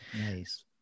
Nice